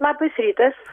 labas rytas